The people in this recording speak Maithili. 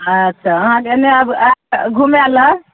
अच्छा अहाँके एने आब आयब घूमै लै